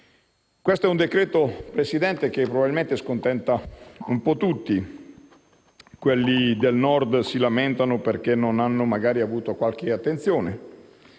Questo decreto-legge, probabilmente, scontenta un po' tutti: quelli del Nord si lamentano perché non hanno avuto qualche attenzione;